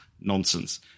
nonsense